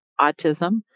autism